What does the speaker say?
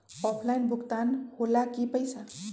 Offline भुगतान हो ला कि पईसा?